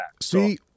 See